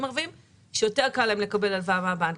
ערבים שיותר קשה להם לקבל הלוואה מהבנק,